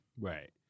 Right